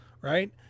right